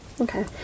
Okay